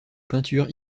peintures